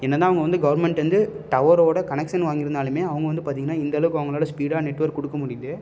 என்ன தான் அவங்க வந்து கவர்மெண்ட் வந்து டவரோடய கனெக்க்ஷன் வாங்கிருந்தாலுமே அவங்க வந்து பார்த்தீங்கன்னா இந்த அளவுக்கு அவங்களால ஸ்பீடாக நெட் ஒர்க் கொடுக்க முடியுது